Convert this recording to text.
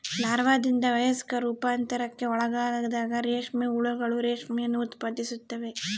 ಲಾರ್ವಾದಿಂದ ವಯಸ್ಕ ರೂಪಾಂತರಕ್ಕೆ ಒಳಗಾದಾಗ ರೇಷ್ಮೆ ಹುಳುಗಳು ರೇಷ್ಮೆಯನ್ನು ಉತ್ಪಾದಿಸುತ್ತವೆ